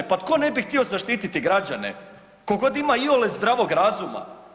Pa tko ne bi htio zaštititi građane tko god ima iole zdravog razuma?